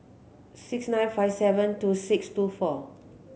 six nine five seven two six two four